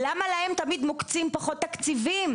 למה להם תמיד מוקצים פחות תקציבים?